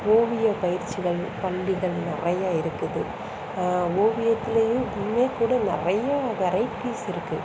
ஓவிய பயிற்சிகள் பள்ளிகள் நிறைய இருக்குது ஓவியத்துலேயும் இன்னும்கூட நிறையா வெரைட்டிஸ் இருக்கு